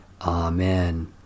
Amen